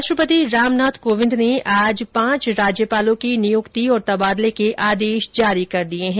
राष्ट्रपति रामनाथ कोविन्द ने आज पांच राज्यपालों की नियुक्ति और तबादले के आदेश जारी कर दिए है